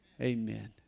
amen